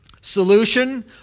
Solution